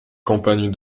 campagne